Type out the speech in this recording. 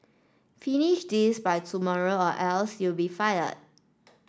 finish this by tomorrow or else you'll be fire